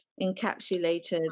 encapsulated